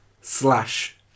slash